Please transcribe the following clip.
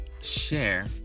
share